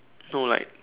no like